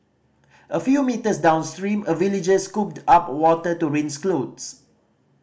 a few metres downstream a villager scooped up water to rinse clothes